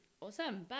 Awesome